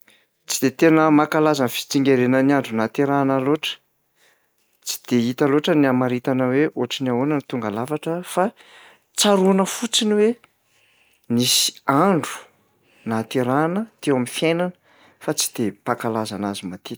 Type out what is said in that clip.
Tsy de tena mankalaza fitsingerenan'ny andro naterahana loatra, tsy de hita loatra ny hamaritana hoe ohatry ny ahoana ny tonga lafatra fa tsaroana fotsiny hoe nisy andro nahaterahana teo amin'ny fiainana fa tsy de mpakalaza anazy matetika.